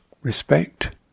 respect